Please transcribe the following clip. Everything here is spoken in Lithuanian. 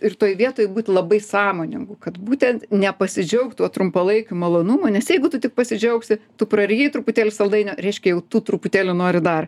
ir toj vietoj būt labai sąmoningu kad būtent nepasidžiaugt tuo trumpalaikiu malonumu nes jeigu tu tik pasidžiaugsi tu prarijai truputėlį saldainio reiškia jau tu truputėlį nori dar